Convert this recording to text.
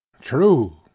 True